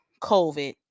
covid